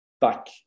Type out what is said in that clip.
back